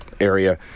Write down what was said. area